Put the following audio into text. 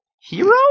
hero